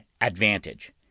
ADVANTAGE